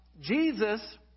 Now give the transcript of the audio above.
Jesus